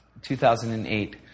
2008